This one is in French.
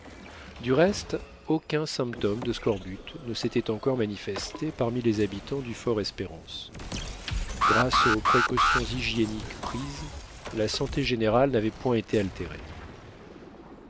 du reste aucun symptôme de scorbut ne s'était encore manifesté parmi les habitants du fortespérance grâce aux précautions hygiéniques prises la santé générale n'avait point été altérée